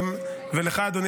ולך, אדוני